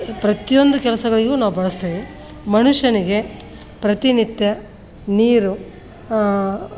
ಪ್ರತಿಯೊಂದು ಕೆಲಸಗಳಿಗೂ ನಾವು ಬಳಸ್ತೀವಿ ಮನುಷ್ಯನಿಗೆ ಪ್ರತಿನಿತ್ಯ ನೀರು